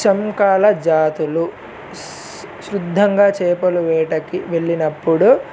చషంకాల జాతులు శుద్ధంగా చేపలు వేటకి వెళ్ళినప్పుడు